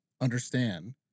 understand